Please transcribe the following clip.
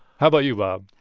how about you, bob?